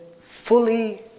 fully